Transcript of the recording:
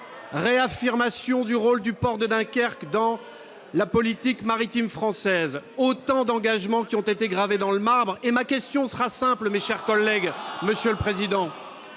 réaffirmation du rôle du port de Dunkerque dans la politique maritime française : autant d'engagements qui ont été gravés dans le marbre ! Ma question sera simple : ces engagements, qui étaient